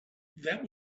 that